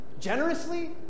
generously